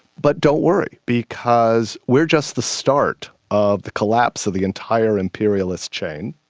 but don't worry because we are just the start of the collapse of the entire imperialist chain,